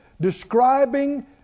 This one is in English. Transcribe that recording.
describing